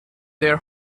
their